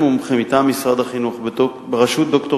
אדוני היושב-ראש, כבוד השר,